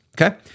Okay